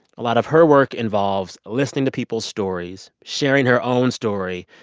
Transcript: a lot of her work involves listening to people's stories, sharing her own story,